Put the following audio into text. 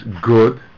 good